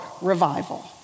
revival